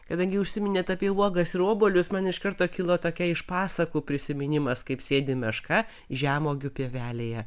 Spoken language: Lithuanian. kadangi užsiminėt apie uogas ir obuolius man iš karto kilo tokia iš pasakų prisiminimas kaip sėdi meška žemuogių pievelėje